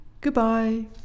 Goodbye